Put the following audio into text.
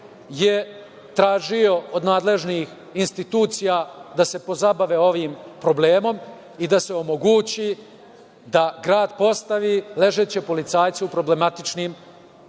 je tražio od nadležnih institucija da se pozabave ovim problemom i da se omogući da grad postavi ležeće policajce u problematičnim lokacijama.